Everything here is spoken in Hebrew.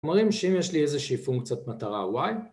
זאת אומרת שאם יש לי איזושהי פונקציית מטרה Y